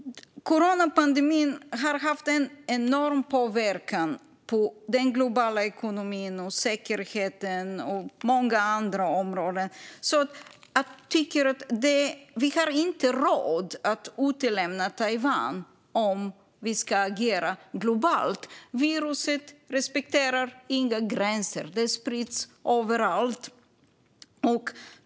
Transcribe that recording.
Coronapandemin har haft en enorm påverkan på den globala ekonomin, säkerheten och många andra områden. Vi har inte råd att utelämna Taiwan om vi ska agera globalt. Viruset respekterar inga gränser. Det sprids överallt.